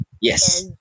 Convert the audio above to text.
Yes